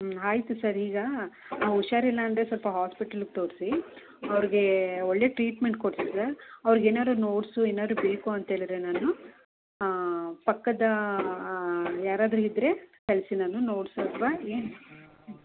ಹ್ಞೂ ಆಯಿತು ಸರ್ ಈಗ ಹುಷಾರಿಲ್ಲ ಅಂದರೆ ಸ್ವಲ್ಪ ಹಾಸ್ಪಿಟಲಿಗೆ ತೋರಿಸಿ ಅವ್ರಿಗೆ ಒಳ್ಳೆ ಟ್ರೀಟ್ಮೆಂಟ್ ಕೊಡಿಸಿ ಸರ್ ಅವ್ರಿಗೆ ಏನಾರು ನೋಟ್ಸ್ ಏನಾದ್ರು ಬೇಕು ಅಂತ ಹೇಳಿದ್ರೆ ನಾನು ಪಕ್ಕದ ಯಾರಾದರು ಇದ್ದರೆ ಕಳಿಸಿ ನಾನು ನೋಟ್ಸ್ ಅಥವಾ ಏನು